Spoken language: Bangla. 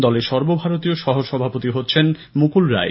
দলের সর্বভারতীয় সহ সভাপতি হচ্ছেন মুকুল রায়